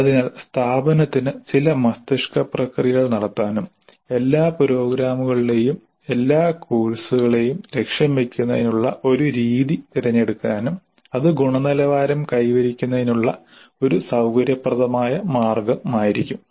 അതിനാൽ സ്ഥാപനത്തിന് ചില മസ്തിഷ്കപ്രക്രിയകൾ നടത്താനും എല്ലാ പ്രോഗ്രാമുകളിലെയും എല്ലാ കോഴ്സുകളെയും ലക്ഷ്യം വയ്ക്കുന്നതിനുള്ള ഒരു രീതി തിരഞ്ഞെടുക്കാനും അത് ഗുണനിലവാരം കൈവരിക്കുന്നതിനുള്ള ഒരു സൌകര്യപ്രദമായ മാർഗമായിരിക്കും